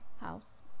house